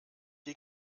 die